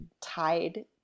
tied